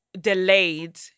delayed